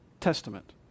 Testament